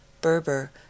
Berber